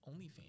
OnlyFans